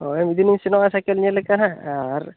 ᱦᱳᱭ ᱢᱤᱫ ᱫᱤᱱᱤᱧ ᱥᱮᱱᱚᱜᱼᱟ ᱥᱟᱭᱠᱮᱞ ᱧᱮᱞ ᱞᱮᱠᱟ ᱱᱟᱦᱟᱸᱜ ᱟᱨ